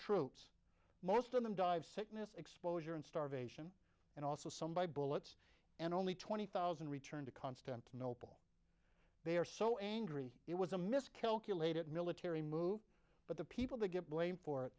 troops most of them die of sickness exposure and starvation and also some by bullets and only twenty thousand return to constantinople they are so angry it was a miscalculated military move but the people they get blamed for